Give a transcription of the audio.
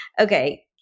Okay